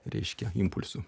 reiškia impulsų